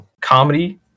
Comedy